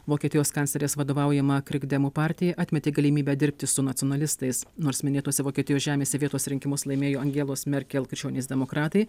vokietijos kanclerės vadovaujama krikdemų partija atmetė galimybę dirbti su nacionalistais nors minėtose vokietijos žemėse vietos rinkimus laimėjo angelos merkel krikščionys demokratai